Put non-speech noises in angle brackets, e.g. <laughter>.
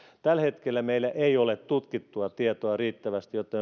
tällä hetkellä meillä ei ole tutkittua tietoa riittävästi jotta <unintelligible>